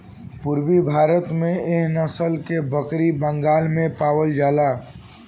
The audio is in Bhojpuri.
पूरबी भारत में एह नसल के बकरी बंगाल में पावल जाला